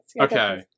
Okay